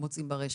מוצאים ברשת.